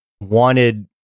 wanted